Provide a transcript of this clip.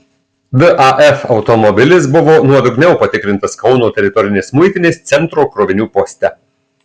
daf automobilis buvo nuodugniau patikrintas kauno teritorinės muitinės centro krovinių poste